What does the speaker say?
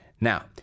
Now